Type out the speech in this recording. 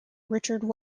richard